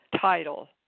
title